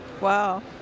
Wow